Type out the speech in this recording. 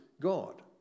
God